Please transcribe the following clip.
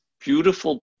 beautiful